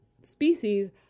species